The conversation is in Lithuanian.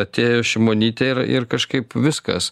atėjo šimonytė ir ir kažkaip viskas